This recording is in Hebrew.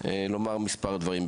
לומר מספר דברים.